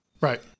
right